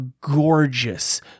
gorgeous